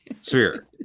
sphere